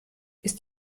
ist